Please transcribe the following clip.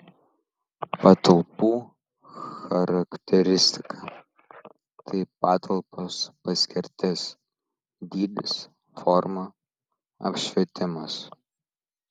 patalpų charakteristika tai patalpos paskirtis dydis forma apšvietimas